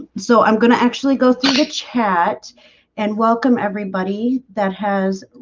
so i'm going to actually go through the chat and welcome everybody that has